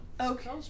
Okay